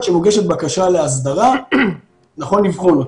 כשמוגשת בקשה להסדרה נכון לבחון אותה.